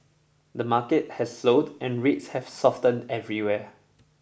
the market has slowed and rates have softened everywhere